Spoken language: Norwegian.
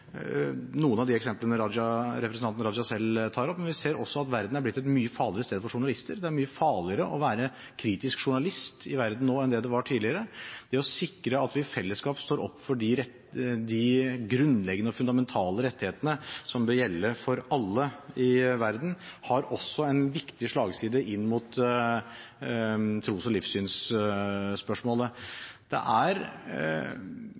noen av de eksemplene representanten Raja selv tar opp, men vi ser også at verden er blitt et mye farligere sted for journalister – det er mye farligere å være kritisk journalist i verden nå enn det det var tidligere. Det å sikre at vi i fellesskap står opp for de grunnleggende, fundamentale, rettighetene som bør gjelde for alle i verden, har også en viktig slagside inn mot tros- og